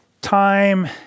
time